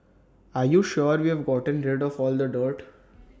are you sure we've gotten rid for all the dirt